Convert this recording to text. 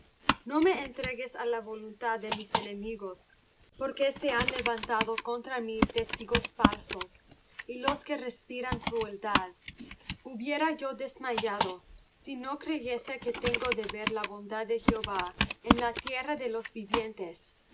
no me entregues á la voluntad de mis enemigos porque se han levantado contra mí testigos falsos y los que respiran crueldad hubiera yo desmayado si no creyese que tengo de ver la bondad de jehová en la tierra de los vivientes